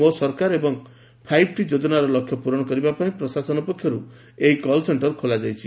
ମୋ ସରକାର ଏବଂ ଫାଇଭ୍ ଟି ଯୋଜନାର ଲକ୍ଷ୍ୟ ପ୍ରରଣ କରିବାପାଇ ପ୍ରଶାସନ ପକ୍ଷରୁ ଏହି କଲ୍ ସେକ୍ଷର୍ ଖୋଲାଯାଇଛି